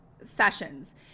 sessions